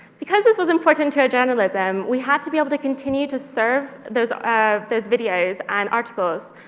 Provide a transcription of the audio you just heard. because this was important to our journalism, we had to be able to continue to serve those those videos and articles